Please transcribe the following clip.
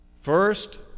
First